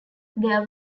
there